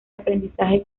aprendizaje